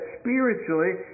spiritually